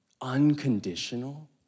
unconditional